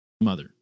mother